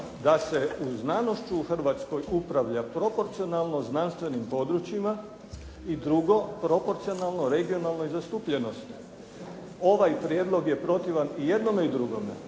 da se znanošću u Hrvatskoj upravlja proporcionalno znanstvenim područjima i drugo proporcionalno regionalnoj zastupljenosti. Ovaj prijedlog je protivan i jednome i drugome